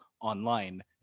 online